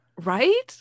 Right